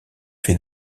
fait